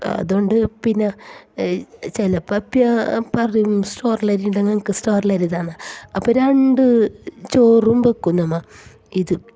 അത്കൊണ്ട് പിന്നെ ചിലപ്പം പറയും സ്റ്റോറിലെ അരിയുണ്ടെങ്കിൽ ഞങ്ങൾക്ക് സ്റ്റോറിലെ അരി താന്ന് അപ്പോൾ രണ്ടു ചോറും വയ്ക്കും നമ്മൾ ഇത്